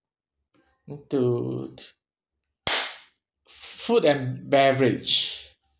two t~ f~ food and beverage